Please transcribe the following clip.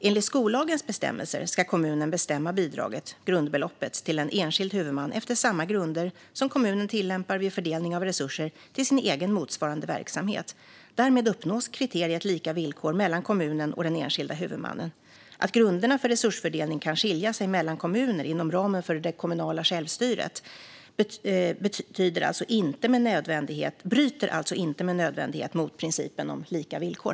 Enligt skollagens bestämmelser ska kommunen bestämma bidraget, grundbeloppet, till en enskild huvudman efter samma grunder som kommunen tillämpar vid fördelning av resurser till sin egen motsvarande verksamhet. Därmed uppnås kriteriet lika villkor mellan kommunen och den enskilda huvudmannen. Att grunderna för resursfördelning kan skilja sig mellan kommuner, inom ramen för det kommunala självstyret, bryter alltså inte med nödvändighet mot principen om lika villkor.